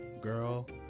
girl